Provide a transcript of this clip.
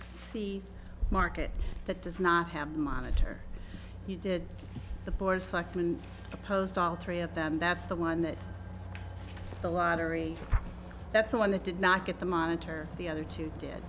c market that does not have the monitor he did the boards like blue post all three of them that's the one that the lottery that's the one that did not get the monitor the other two did